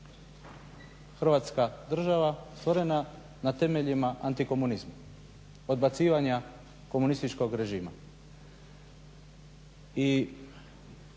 Hrvatska država stvorena na temeljima antikomunizma odbacivanja komunističkog režima.